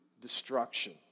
destruction